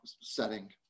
setting